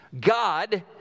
God